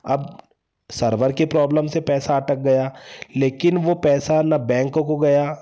अब सर्वर की प्रॉब्लम से पैसा अटक गया लेकिन वह पैसा न बैंकों को गया